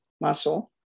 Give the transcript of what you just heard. muscle